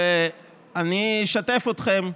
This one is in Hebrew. ואני אשתף אתכם,